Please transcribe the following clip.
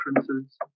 differences